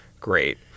Great